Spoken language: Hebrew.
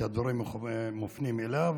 כי הדברים מופנים אליו.